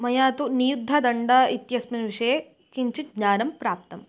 मया तु नियुद्धदण्डः इत्यस्मिन् विषये किञ्चित् ज्ञानं प्राप्तम्